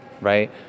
right